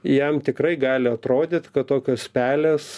jam tikrai gali atrodyt kad tokios pelės